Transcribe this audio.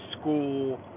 school